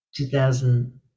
2000